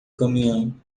caminhão